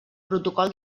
protocol